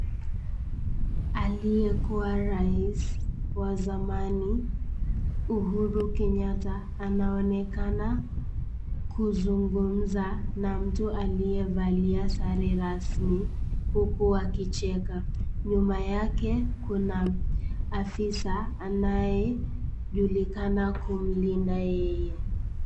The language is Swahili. Aliyekuwa rais wa zamani, Uhuru Kenyatta anaonekana kuzungumza na mtu aliyevalia sare rasmi huku akicheka. Nyuma yake kuna afisa anayejulikana kumlinda yeye.